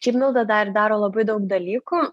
šiaip milda dar daro labai daug dalykų